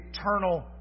eternal